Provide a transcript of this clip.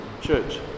Church